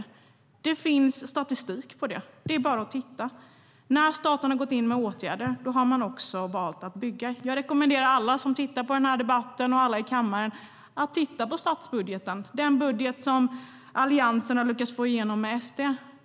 Det finns statistik på det. Det är bara att titta. När staten har gått in med åtgärder har man också valt att bygga. Jag rekommenderar alla som tittar på debatten och alla i kammaren att se på statsbudgeten, den budget som Alliansen har lyckats få igenom med Sverigedemokraterna.